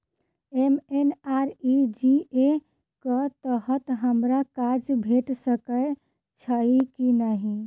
MNREGA कऽ तहत हमरा काज भेट सकय छई की नहि?